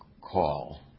call